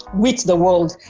with the world.